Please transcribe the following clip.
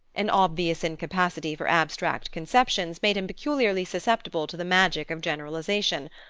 an obvious incapacity for abstract conceptions made him peculiarly susceptible to the magic of generalization,